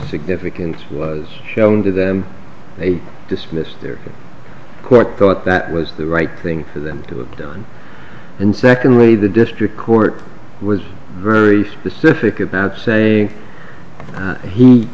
significance was shown to them they dismissed their court thought that was the right thing for them to have done and secondly the district court was very specific about saying he